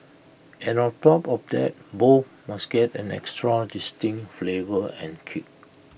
and on top of that both must get an extra distinct flavour and kick